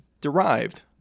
derived